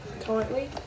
currently